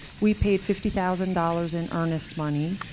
we paid fifty thousand dollars in earnest money.